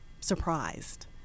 surprised